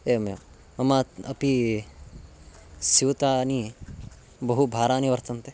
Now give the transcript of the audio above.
एवमेवं मम अपि स्यूतानि बहुभाराणि वर्तन्ते